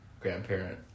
grandparent